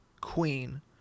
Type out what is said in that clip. queen